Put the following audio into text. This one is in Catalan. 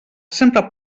sempre